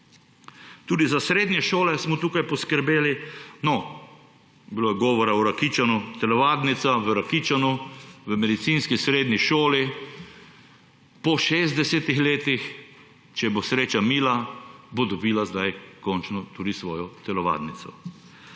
Tudi za srednje šole smo tukaj poskrbeli. No, bilo je govora o Rakičanu, telovadnica v Rakičanu, medicinska srednja šola po šestdesetih letih, če bo sreča mila, bo dobila zdaj končno tudi svojo telovadnico.